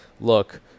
look